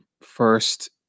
first